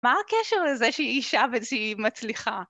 מה הקשר לזה שהיא אישה ושהיא מצליחה?